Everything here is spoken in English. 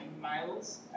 miles